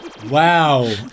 Wow